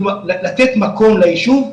לתת מקום ליישוב,